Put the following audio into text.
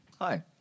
Hi